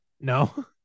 No